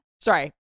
Sorry